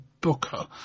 booker